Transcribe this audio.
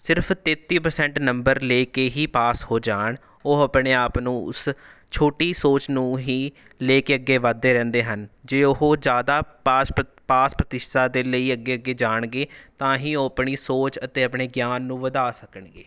ਸਿਰਫ਼ ਤੇਤੀ percent number ਲੈ ਕੇ ਹੀ ਪਾਸ ਹੋ ਜਾਣ ਉਹ ਆਪਣੇ ਆਪ ਨੂੰ ਉਸ ਛੋਟੀ ਸੋਚ ਨੂੰ ਹੀ ਲੈ ਕੇ ਅੱਗੇ ਵੱਧਦੇ ਰਹਿੰਦੇ ਹਨ ਜੇ ਉਹ ਜ਼ਿਆਦਾ ਪਾਸ ਪ੍ਰ ਪਾਸ ਪ੍ਰਤੀਸ਼ਤਾ ਲਈ ਅੱਗੇ ਅੱਗੇ ਜਾਣਗੇ ਤਾਂ ਹੀ ਉਹ ਆਪਣੀ ਸੋਚ ਅਤੇ ਆਪਣੇ ਗਿਆਨ ਨੂੰ ਵਧਾ ਸਕਣਗੇ